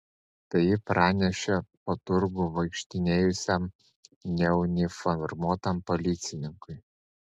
tai ji pranešė po turgų vaikštinėjusiam neuniformuotam policininkui